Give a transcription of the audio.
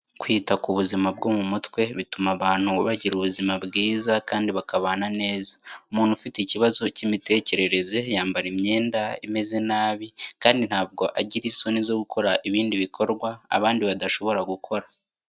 Kwita ku buzima bwo mu mutwe bituma abantu bagira ubuzima bwiza kandi bakabana neza. Umuntu ufite ikibazo cy'imitekerereze yambara imyenda imeze nabi, kandi ntabwo agira isoni zo gukora ibindi bikorwa abandi badashobora gukora.